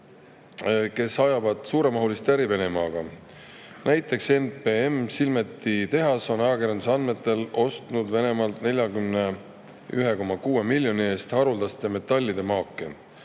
kes ajavad suuremahulist äri Venemaaga. Näiteks NPM Silmeti tehas on ajakirjanduse andmetel ostnud Venemaalt 41,6 miljoni euro eest haruldaste metallide maake.